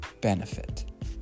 benefit